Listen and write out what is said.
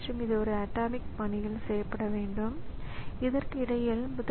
பின்னர் ப்ரிண்டர் வேலையின்றி இருக்கும்போது அந்த டேட்டா அச்சிடப்படலாம்